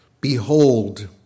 Behold